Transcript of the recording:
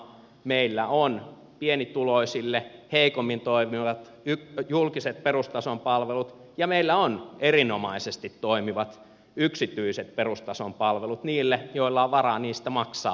meillä on pienituloisille heikommin toimivat julkiset perustason palvelut ja meillä on erinomaisesti toimivat yksityiset perustason palvelut niille joilla on varaa niistä maksaa